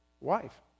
wife